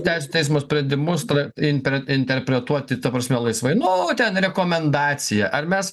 teisių teismo sprendimus tra intre interpretuoti ta prasme laisvai nu ten rekomendacija ar mes